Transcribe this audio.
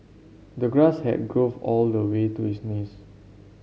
the grass had growth all the way to his knees